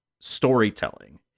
storytelling